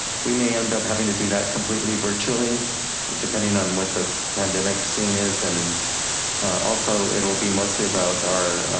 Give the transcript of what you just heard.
we may end up having to do that completely virtually depending on what the pandemic scene is. and also it'll be mostly about our,